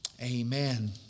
Amen